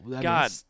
God